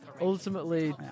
Ultimately